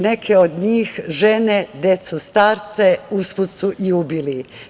Neke od njih, žene, decu, starce uz put su i ubili.